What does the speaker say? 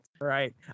Right